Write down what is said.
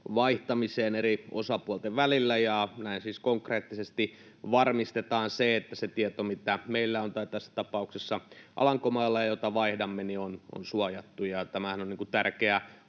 vaihtamiseen eri osapuolten välillä, ja näin siis konkreettisesti varmistetaan se, että se tieto, jota meillä on — tai tässä tapauksessa Alankomailla — ja jota vaihdamme, on suojattu. Tämähän on tärkeä